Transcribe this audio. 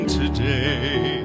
today